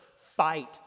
fight